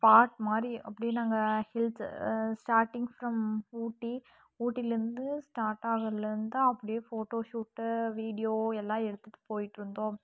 park மாதிரி அப்படியே நாங்கள் ஹில்ஸ் ஸ்டார்டிங் ஃப்ரம் ஊட்டி ஊட்டிலேருந்து ஸ்டார்ட் ஆகுறதுலேருந்து அப்படியே ஃபோட்டோசூட்டு வீடியோ எல்லாம் எடுத்துட்டு போயிட்டுருந்தோம்